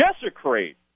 desecrate